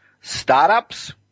startups